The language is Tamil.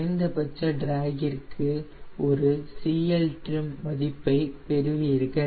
குறைந்தபட்ச டிராக்கிற்கு ஒரு CLtrim மதிப்பை பெறுவீர்கள்